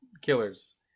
Killers